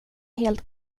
helt